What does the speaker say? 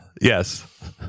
Yes